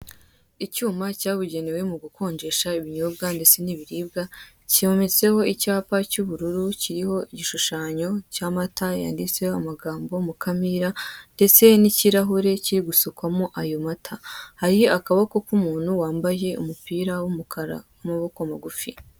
Icyuma cyabugenewe mu gukonjesha ibinyobwa ndetse na ibiribwa, cyometseho icyapa cya ubururu kiriho igishushanyo cya amata yanditseho amagambo Mukamira ndetse na ikirahure kiri gusukwamo ayo mata. Hari akaboko ka umuntu wambaye umupira wa umukawa wa amaboko magufi.